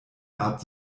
art